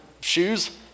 shoes